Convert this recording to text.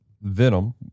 Venom